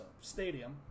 stadium